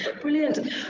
brilliant